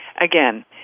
again